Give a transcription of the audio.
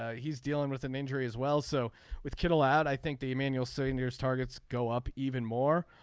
ah he's dealing with an injury as well so with kittle out i think that emmanuel senior's targets go up even more.